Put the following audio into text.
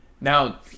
Now